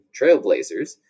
Trailblazers